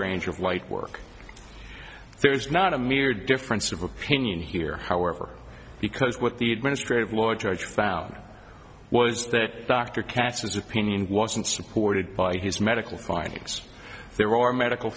range of light work there is not a mere difference of opinion here however because what the administrative law judge found was that dr katz his opinion wasn't supported by his medical findings there are medical